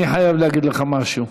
אני חייב להגיד לך משהו.